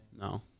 No